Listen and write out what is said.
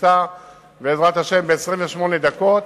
שתיסע בעזרת השם ב-28 דקות.